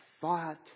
thought